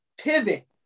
pivot